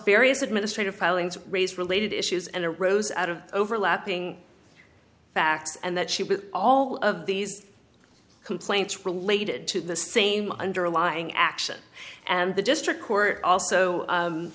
various administrative filings raise related issues and arose out of overlapping facts and that she with all of these complaints related to the same underlying action and the district court also